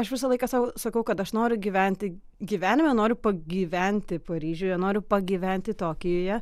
aš visą laiką sau sakau kad aš noriu gyventi gyvenime noriu pagyventi paryžiuje noriu pagyventi tokijuje